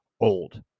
old